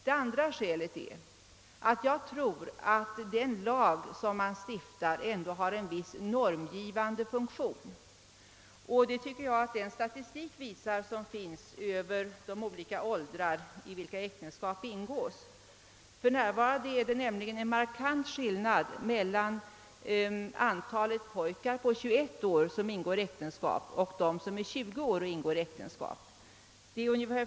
Mitt andra skäl är att den lag som man stiftar ändå har en viss normgivande funktion. Detta framgår av den statistik som förs över de olika åldrar, vid vilka äktenskap ingås. För närvarande är det nämligen en markant skillnad mellan det antal pojkar som ingår äktenskap vid 21 års ålder och det antal som ingår äktenskap vid 20 år.